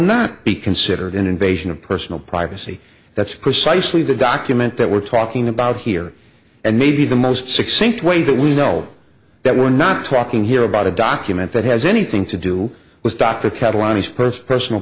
not be considered an invasion of personal privacy that's precisely the document that we're talking about here and maybe the most succinct way that we know that we're not talking here about a document that has anything to do with